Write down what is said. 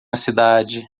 cidade